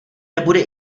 nebude